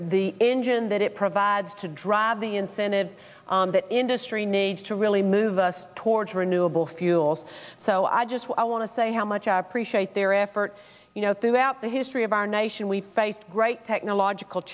the engine that it provides to drive the incentive that industry needs to really move us towards renewable fuels so i just want to say how much i appreciate their efforts you know throughout the history of our nation we face great technological